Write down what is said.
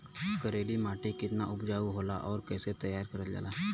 करेली माटी कितना उपजाऊ होला और कैसे तैयार करल जाला?